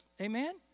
Amen